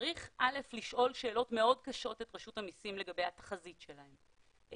וצריך לשאול שאלות מאוד את רשות המסים לגבי התחזית שלהם,